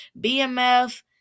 BMF